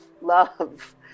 love